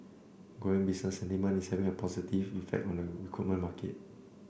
growing business sentiment is having a positive effect on the recruitment market